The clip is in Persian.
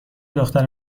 دختر